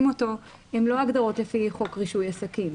אותו הן לא הגדרות לפי חוק רישוי עסקים.